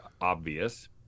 obvious